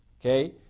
okay